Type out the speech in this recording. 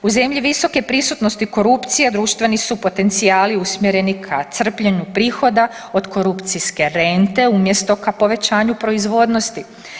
U zemlji visoke prisutnosti korupcije društveni su potencijali usmjereni ka crpljenju prihoda od korupcijske rente umjesto ka povećanju proizvodnosti.